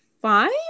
five